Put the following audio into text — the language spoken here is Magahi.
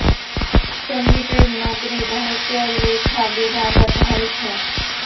संदीपेर नौकरी भारतीय लेखा विभागत हल छ